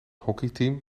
hockeyteam